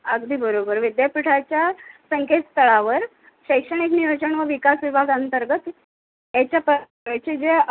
अगदी बरोबर विद्यापीठाच्या संकेत स्थळावर शैक्षणिक नियोजन व विकास विभाग अंतर्गत याचे प याचे जे